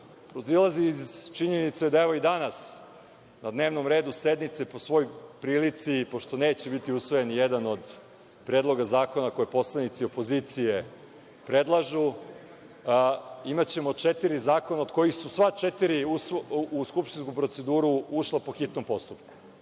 proizilazi iz činjenice da i danas na dnevnom redu sednice po svoj prilici, pošto neće biti usvojen nijedan od predloga zakona koje poslanici opozicije predlažu, imaćemo četiri zakona od kojih su sva četiri u skupštinsku proceduru ušla po hitnom postupku. To